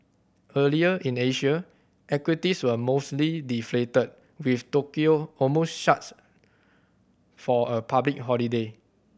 earlier in Asia equities were mostly deflated with Tokyo shut for a public holiday